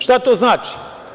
Šta to znači?